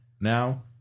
Now